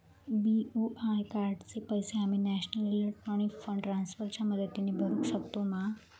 BOI कार्डाचे पैसे आम्ही नेशनल इलेक्ट्रॉनिक फंड ट्रान्स्फर च्या मदतीने भरुक शकतू मा?